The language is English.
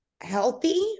healthy